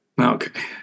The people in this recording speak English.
Okay